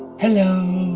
hello